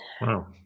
Wow